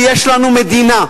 ויש לנו מדינה,